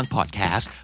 Podcast